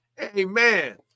Amen